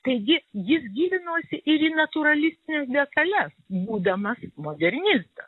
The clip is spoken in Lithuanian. taigi jis gilinosi ir į natūralistines detales būdamas modernistas